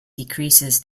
decreases